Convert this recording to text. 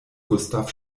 gustav